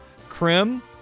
Krim